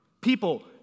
People